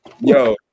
yo